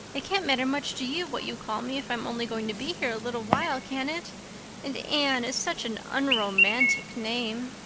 it can't matter much to you what you call me if i'm only going to be here a little while, can it? and anne is such an unromantic name.